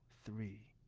three,